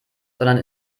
sondern